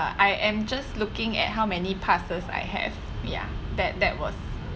uh I am just looking at how many passes I have ya that that was